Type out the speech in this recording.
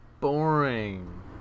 boring